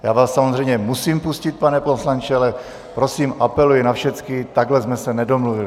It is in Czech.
Já vás samozřejmě musím pustit, pane poslanče, ale prosím, apeluji na všecky: takhle jsme se nedomluvili.